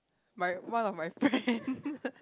my one of my friend